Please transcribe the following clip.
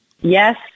Yes